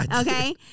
Okay